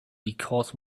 because